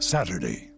Saturday